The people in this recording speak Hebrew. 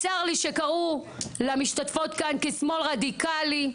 צר לי שקראו למשתתפות כאן שמאל רדיקלי,